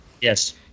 Yes